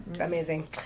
Amazing